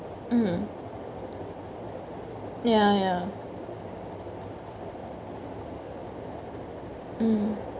mm ya ya mm